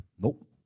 nope